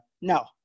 No